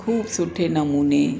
ख़ूबु सुठो नमूने